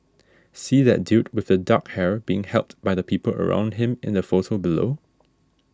see that dude with the dark hair being helped by the people around him in the photo below